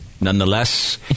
nonetheless